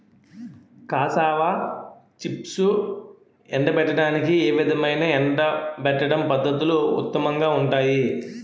Cassava చిప్స్ను ఎండబెట్టడానికి ఏ విధమైన ఎండబెట్టడం పద్ధతులు ఉత్తమంగా ఉంటాయి?